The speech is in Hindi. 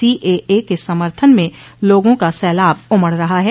सीएए के समर्थन में लोगों का सैलाब उमड़ रहा है